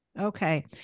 Okay